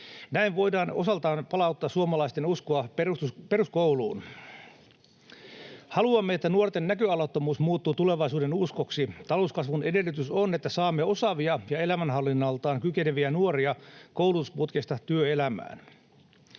Näin voidaan osaltaan palauttaa suomalaisten uskoa peruskouluun. [Antti Kaikkosen välihuuto] Haluamme, että nuorten näköalattomuus muuttuu tulevaisuudenuskoksi. Talouskasvun edellytys on, että saamme osaavia ja elämänhallinnaltaan kykeneviä nuoria koulutusputkesta työelämään.